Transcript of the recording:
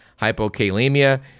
hypokalemia